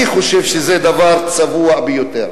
אני חושב שזה דבר צבוע ביותר.